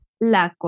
la